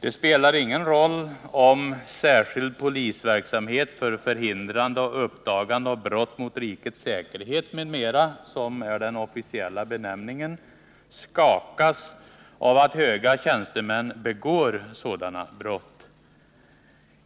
Det spelar ingen roll om ”särskild polisverksamhet för hindrande och uppdagande av brott mot rikets säkerhet m.m.” — som är den officiella benämningen — skakas av att höga tjänstemän begår sådana brott.